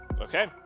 Okay